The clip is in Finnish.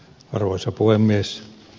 arvoisa puhemies